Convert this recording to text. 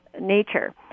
nature